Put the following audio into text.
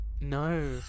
No